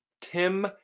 Tim